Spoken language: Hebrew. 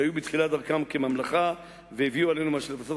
שהיו בתחילת דרכם כממלכה והביאו עלינו את מה שלבסוף,